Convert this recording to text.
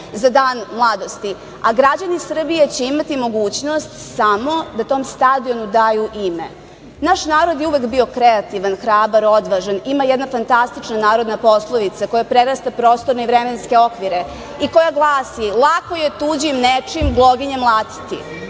za Dan mladosti, a građani Srbije će imati mogućnost samo da tom stadionu daju ime. Naš narod je uvek bio kreativan, hrabar, odvažan, ima jedna fantastična narodna poslovica, koja prerasta prostorne i vremenske okvire i koja glasi – lako je tuđim nečim gloginje mlatiti.